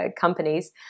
companies